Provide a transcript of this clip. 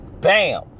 Bam